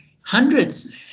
hundreds